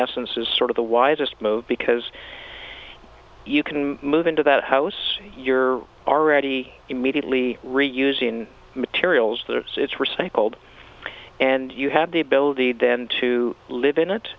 essence is sort of the wisest move because you can move into that house you're already immediately reusing materials that it's recycled and you have the ability then to live in it